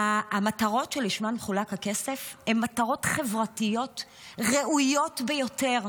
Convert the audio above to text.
המטרות שלשמן חולק הכסף הן מטרות חברתיות ראויות ביותר.